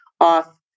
off